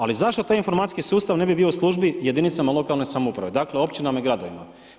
Ali zašto taj informacijski sustav ne bi bio u službi jedinicama lokalne samouprave, dakle općinama i gradovima.